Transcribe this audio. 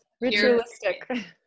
Ritualistic